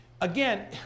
Again